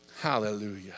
Hallelujah